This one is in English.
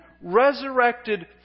resurrected